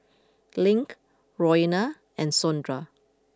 Link Roena and Sondra